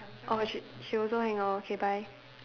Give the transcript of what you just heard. orh she she also hang up okay bye